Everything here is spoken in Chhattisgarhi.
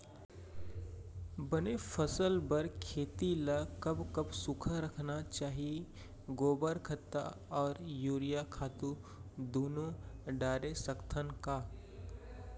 बने फसल बर खेती ल कब कब सूखा रखना चाही, गोबर खत्ता और यूरिया खातू दूनो डारे सकथन का?